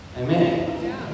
Amen